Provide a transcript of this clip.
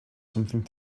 something